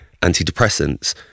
antidepressants